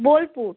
Bolpur